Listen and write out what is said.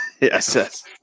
Yes